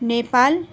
Nepal